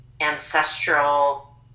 ancestral